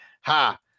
Ha